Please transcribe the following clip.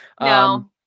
No